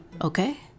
Okay